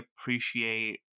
appreciate